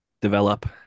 develop